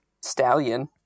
Stallion